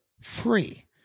free